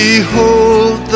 Behold